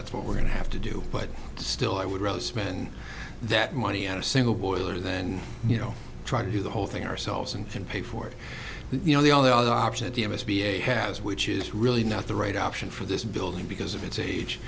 that's what we're going to have to do but still i would rather spend that money on a single boiler than you know try to do the whole thing ourselves and pay for it you know the only other option d m s be a has which is really not the right option for this building because of it's age